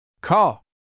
Call